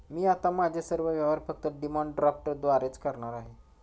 मी आता माझे सर्व व्यवहार फक्त डिमांड ड्राफ्टद्वारेच करणार आहे